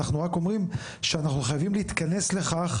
אנחנו רק אומרים שאנחנו חייבים להתכנס לכך